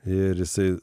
ir jisai